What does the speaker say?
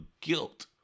guilt